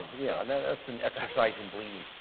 yeah and yeah that's an exercise in bleeding.